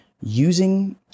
Using